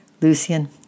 Lucian